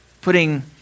putting